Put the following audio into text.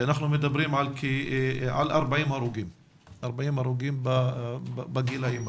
אנחנו מדברים על 40 הרוגים בגילים הללו.